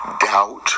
doubt